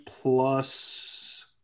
plus